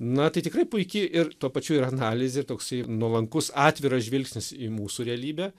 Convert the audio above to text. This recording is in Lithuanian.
na tai tikrai puiki ir tuo pačiu ir analizė ir toksai nuolankus atviras žvilgsnis į mūsų realybę